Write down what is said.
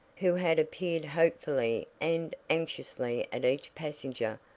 who had peered hopefully and anxiously at each passenger,